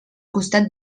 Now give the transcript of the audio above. costat